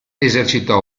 esercitò